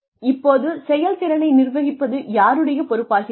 இப்போது செயல்திறனை நிர்வகிப்பது யாருடைய பொறுப்பாகிறது